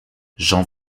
jean